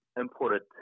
imported